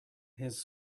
his